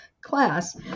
class